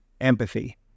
empathy